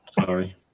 Sorry